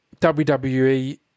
WWE